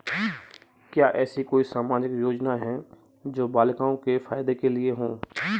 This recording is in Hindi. क्या ऐसी कोई सामाजिक योजनाएँ हैं जो बालिकाओं के फ़ायदे के लिए हों?